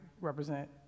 represent